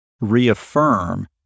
reaffirm